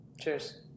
cheers